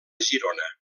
girona